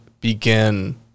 begin